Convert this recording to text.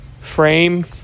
frame